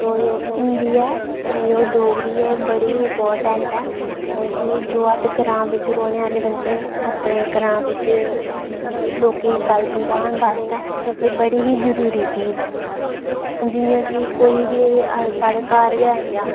ते हिन्दी ऐ डोगरी ऐ एह् बड़ा इंपार्टैंट ऐ कि जो अस ग्रांऽ बिच्च रोह्ने आह्ले बंदे न अपने ग्रांऽ बिच्च लोकें गी गल्ल समझान बास्तै एह् बड़ी ही जरूरी चीज ऐ जियां कि कोई बी साढ़ै घर गै आई जा